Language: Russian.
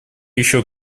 еще